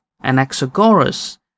Anaxagoras